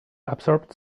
absorbed